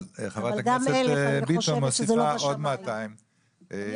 חברת הכנסת ביטון מוסיפה עוד 200. אני